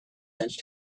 sense